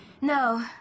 no